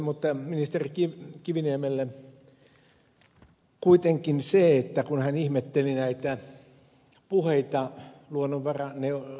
mutta ministeri kiviniemelle kuitenkin se kun hän ihmetteli näitä puheita luonnon väriaine on